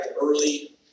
early